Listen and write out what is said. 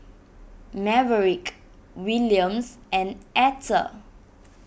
Maverick Williams and Etter